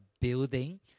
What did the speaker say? building